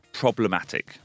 problematic